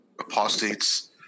apostates